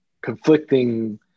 conflicting